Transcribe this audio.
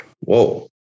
Whoa